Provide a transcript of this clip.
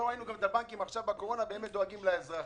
לא ראינו את הבנקים עכשיו בתקופת הקורונה באמת דואגים לאזרחים.